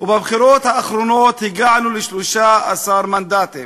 ובבחירות האחרונות הגענו ל-13 מנדטים.